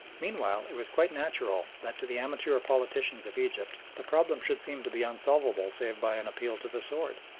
meanwhile it was quite natural that to the amateur politicians of egypt the problem should seem to be unsolvable save by an appeal to the sword.